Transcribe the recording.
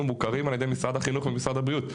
מוכרים על ידי משרד החינוך ומשרד הבריאות.